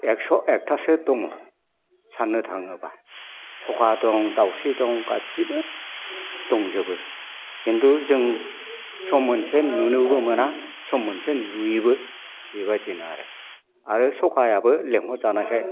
एकस' एकतासो दङ साननो थाङोबा सखा दं दाउस्रि दं गासैबो दंजोबो किन्तु जों सम मोनसे नुनोबो मोना सम मोनसे नुयोबो बेबादिनो आरो आरो सखायाबो लिंहरजानायखाय